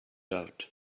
out